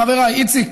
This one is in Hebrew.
חבריי, איציק,